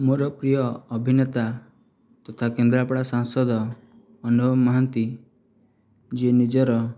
ମୋର ପ୍ରିୟ ଅଭିନେତା ତଥା କେନ୍ଦ୍ରାପଡ଼ା ସାଂସଦ ଅନୁଭବ ମହାନ୍ତି ଯିଏ ନିଜର